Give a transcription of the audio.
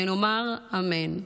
ונאמר אמן".